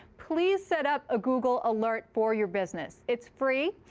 please set up a google alert for your business. it's free.